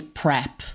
prep